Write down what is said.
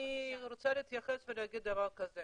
אני רוצה להתייחס ולהגיד דבר כזה